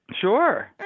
sure